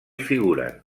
figuren